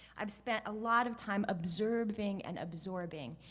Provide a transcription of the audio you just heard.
i've spent a lot of time observing and absorbing.